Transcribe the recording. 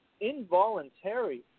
involuntary